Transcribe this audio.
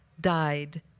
died